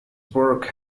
work